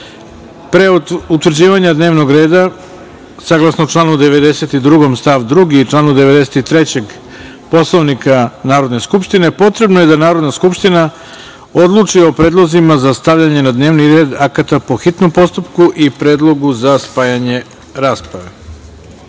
utvrđivanja dnevnog reda, saglasno članu 92. stav 2. i članu 93. Poslovnika Narodne skupštine, potrebno je da Narodna skupština odluči o predlozima za stavljanje na dnevni red akata po hitnom postupku i predlogu za spajanje rasprave. Sto